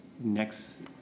next